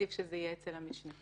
עדיף שזה יהיה אצל המשנה.